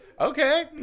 Okay